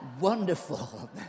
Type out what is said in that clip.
Wonderful